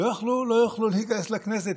לא יוכלו להיכנס לכנסת,